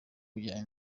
bifuza